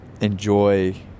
enjoy